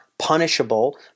punishable